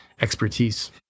expertise